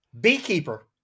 Beekeeper